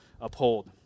uphold